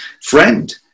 Friend